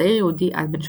צעיר יהודי, אז בן 17,